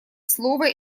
слово